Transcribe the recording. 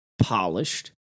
polished